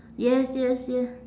yes yes yeah